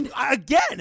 Again